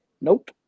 Nope